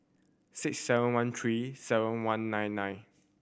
six seven one three seven one nine nine